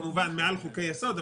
כמובן מעל חוק-יסוד,